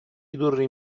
ridurre